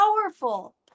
powerful